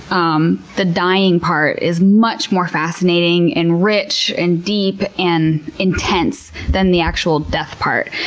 um the dying part is much more fascinating, and rich, and deep, and intense than the actual death part.